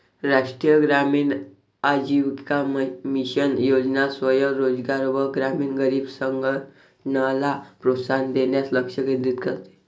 राष्ट्रीय ग्रामीण आजीविका मिशन योजना स्वयं रोजगार व ग्रामीण गरीब संघटनला प्रोत्साहन देण्यास लक्ष केंद्रित करते